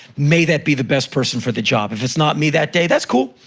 may that be the best person for the job. if it's not me that day, that's cool,